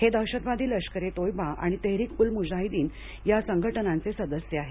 हे दहशतवादी लष्करे तोयबा आणि तेहरिक उल मुजाहिदीन या संघटनांचे सदस्य आहेत